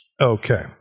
Okay